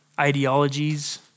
ideologies